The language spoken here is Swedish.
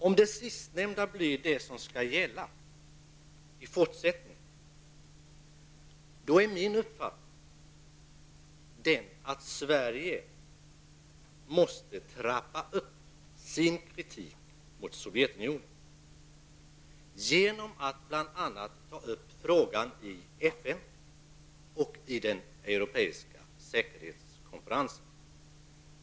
Om det sistnämnda blir det som skall gälla i fortsättningen, då är min uppfattning att Sverige måste trappa upp sin kritik mot Sovjetunionen, bl.a. genom att ta upp frågan i FN och i den europeiska säkerhetskonferensen.